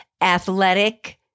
athletic